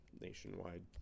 nationwide